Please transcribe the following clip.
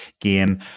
game